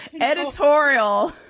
editorial